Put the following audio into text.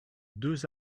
deux